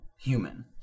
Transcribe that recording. human